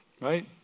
right